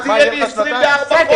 אז יהיו לי 24 חודשים.